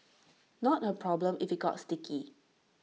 not her problem if IT got sticky